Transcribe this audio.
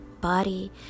body